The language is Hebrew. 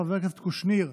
חבר הכנסת קושניר,